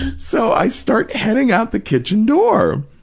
so, i start heading out the kitchen door,